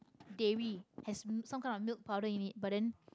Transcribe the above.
dairy has some kind of milk powder in it but then